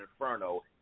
Inferno